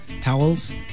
towels